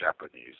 Japanese